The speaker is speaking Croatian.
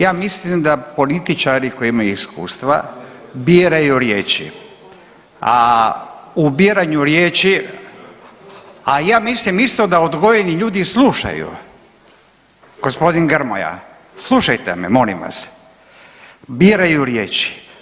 Ja mislim da političari koji imaju iskustva biraju riječi, a u biranju riječi, a ja mislim isto da odgojeni ljudi slušaju, gospodin Grmoja slušajte me molim vas, biraju riječi.